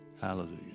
Hallelujah